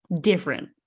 different